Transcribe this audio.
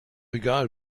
egal